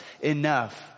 enough